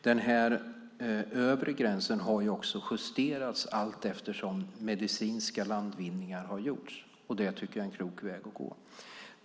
Den övre gränsen har justerats allteftersom medicinska landvinningar har gjorts, och det tycker jag är en klok väg att gå.